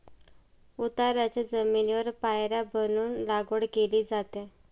उताराच्या जमिनीवर पायऱ्या बनवून लागवड केली जाते